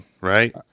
Right